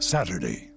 Saturday